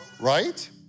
right